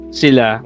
sila